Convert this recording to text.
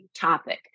topic